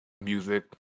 music